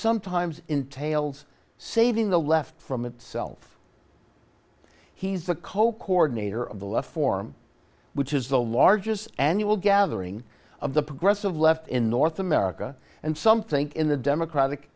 sometimes entails saving the left from itself he's the koch ordinator of the left form which is the largest annual gathering of the progressive left in north america and some think in the democratic